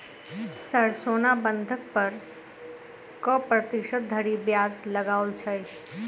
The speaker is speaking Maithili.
सर सोना बंधक पर कऽ प्रतिशत धरि ब्याज लगाओल छैय?